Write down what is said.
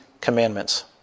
commandments